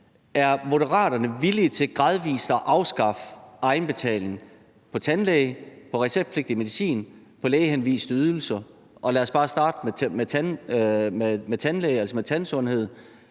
Er Moderaterne villige til gradvis at afskaffe egenbetalingen på tandlægebehandling, på receptpligtig medicin og på lægehenviste ydelser? Og lad os bare starte med tandlægebehandling, altså med tandsundhed,